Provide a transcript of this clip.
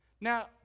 Now